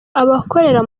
abakorera